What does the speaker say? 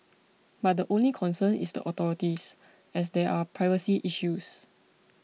but the only concern is the authorities as there are privacy issues